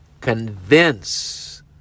convince